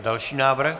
Další návrh.